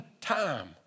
time